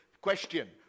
Question